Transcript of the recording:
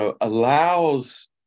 allows